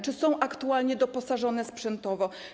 Czy są aktualnie doposażone sprzętowo?